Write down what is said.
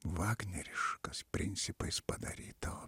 vagneriškais principais padaryta